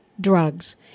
drugs